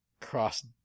cross